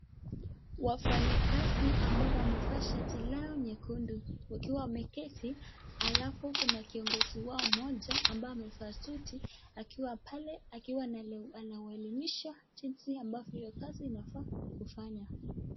Wafanyikazi ambao wamevaa shati lao nyekundu wakiwa wameketi. Halafu kuna kiongozi wao moja ambaye amevaa suti akiwa pale akiwa anawaelimisha jinsi ambavyo kazi inafaa kufanywa.